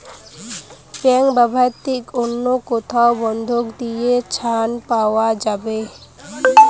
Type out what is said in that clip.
Bank ব্যাতীত অন্য কোথায় বন্ধক দিয়ে ঋন পাওয়া যাবে?